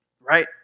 Right